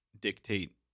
dictate